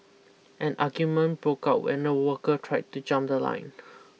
an argument broke out when a worker tried to jump the line